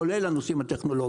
כולל הנושאים הטכנולוגיים.